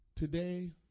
Today